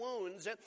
wounds